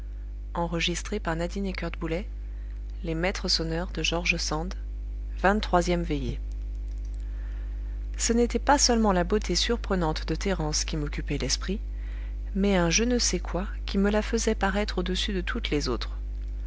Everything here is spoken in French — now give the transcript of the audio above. vingt-troisième veillée ce n'était pas seulement la beauté surprenante de thérence qui m'occupait l'esprit mais un je ne sais quoi qui me la faisait paraître au-dessus de toutes les autres